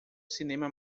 cinema